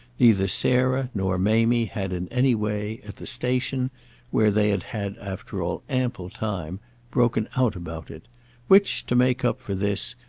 neither sarah nor mamie had in any way, at the station where they had had after all ample time broken out about it which, to make up for this,